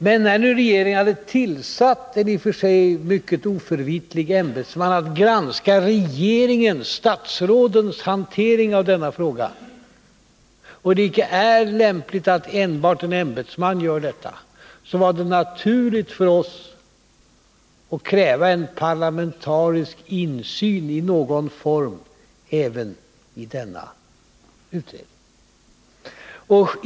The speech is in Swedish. Men när nu regeringen hade tillsatt en i och för sig mycket oförvitlig ämbetsman att granska statsrådens hantering av denna fråga och det icke är lämpligt att enbart en ämbetsman gör detta, var det naturligt för oss att kräva en parlamentarisk insyn i någon form även i denna utredning.